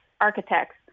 architects